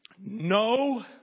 No